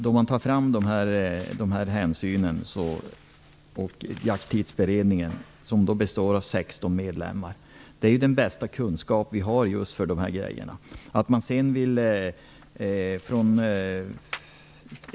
Dessa hänsyn och Jakttidsberedningen, vilken består av 16 medlemmar, utgör den bästa kunskapen på området.